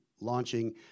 launching